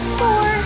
four